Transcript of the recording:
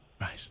right